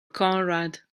conrad